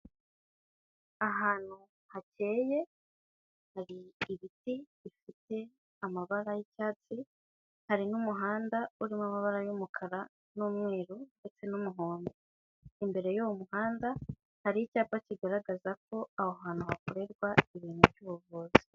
Ahantu hakeye hari ibiti bifite amabara y'icyatsi, hari n'umuhanda urimo amabara y'umukara n'umweru ndetse n'umuhondo, imbere y'uwo muhanda hari icyapa kigaragaza ko aho hantu hakorerwa ibintu by'ubuvuzi.